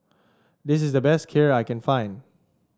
this is the best Kheer I can find